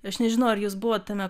aš nežinau ar jūs buvot tame